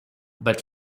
but